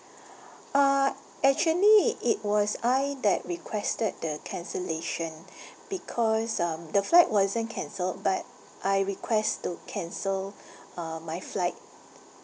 uh actually it was I that requested the cancellation because um the flight wasn't cancelled but I request to cancel uh my flight